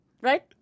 Right